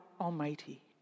Almighty